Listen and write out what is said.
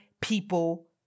people